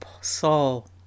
Saul